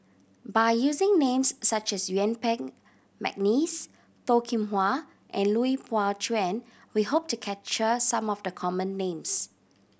by using names such as Yuen Peng McNeice Toh Kim Hwa and Lui Pao Chuen we hope to capture some of the common names